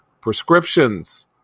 prescriptions